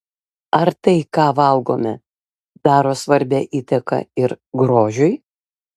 ar tai ką valgome daro svarbią įtaką ir grožiui